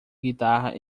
guitarra